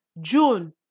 June